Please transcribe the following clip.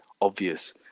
obvious